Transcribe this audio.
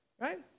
Right